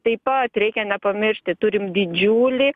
taip pat reikia nepamiršti turim didžiulį